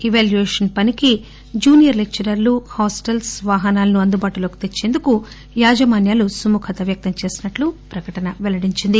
evaluation పనికి junior లెక్చరర్లు hostels వాహనాలను అందుబాటులోకి తెచ్చేందుకు యాజమాన్యాలు సుముఖత వ్యక్తం చేసినట్లు ప్రకటన వెల్లడించింది